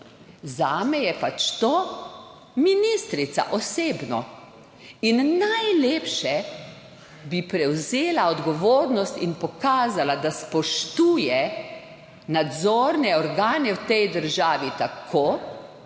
Zame je pač to ministrica osebno. In najlepše bi prevzela odgovornost in pokazala, da spoštuje nadzorne organe v tej državi, tako